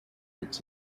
its